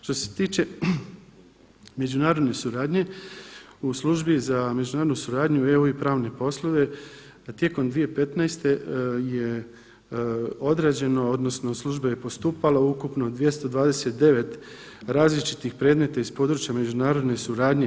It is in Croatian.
Što se tiče međunarodne suradnje u Službi za međunarodnu suradnju EU i pravne poslove tijekom 2015. je odrađeno odnosno služba je postupala ukupno u 229 različitih predmeta iz područja međunarodne suradnje.